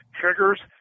triggers